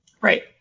Right